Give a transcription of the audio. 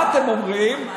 מה אתם אומרים?